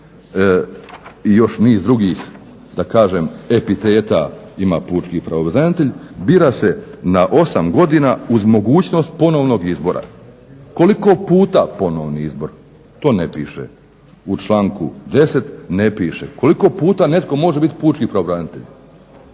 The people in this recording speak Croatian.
i još niz drugih da kažem epiteta ima pučki pravobranitelj, bira se na 8 godina uz mogućnost ponovnog izbora. Koliko puta ponovni izbor, to ne piše, u članku 10.ne piše. Koliko puta netko može biti pučki pravobranitelj?